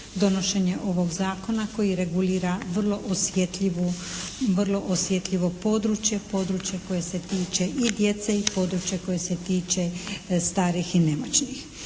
donošenje ovog zakona koji regulira vrlo osjetljivu, vrlo osjetljivo područje koje se tiče i djece i područje koje se tiče starih i nemoćnih.